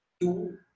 Two